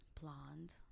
Blonde